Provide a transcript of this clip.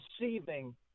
receiving